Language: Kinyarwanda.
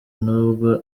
nubwo